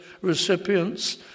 recipients